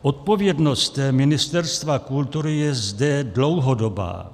Odpovědnost Ministerstva kultury je zde dlouhodobá.